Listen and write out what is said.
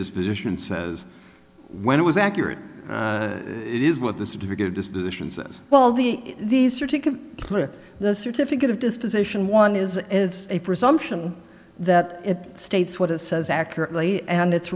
disposition says when it was accurate it is what the certificate disposition says well the these are to can clear the certificate of disposition one is it's a presumption that it states what it says accurately and it's